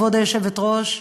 כבוד היושבת-ראש,